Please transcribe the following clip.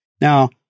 now